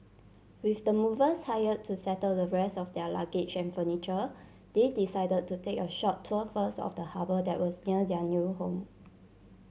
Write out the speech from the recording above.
with the movers hire to settle the rest of their luggage and furniture they decide to take a short tour first of the harbour that was near their new home